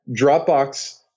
dropbox